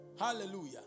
Hallelujah